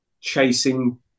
chasing